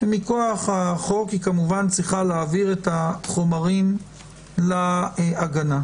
ומכוח החוק היא צריכה להעביר את החומרים להגנה.